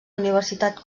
universitat